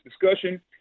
discussion